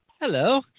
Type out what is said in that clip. hello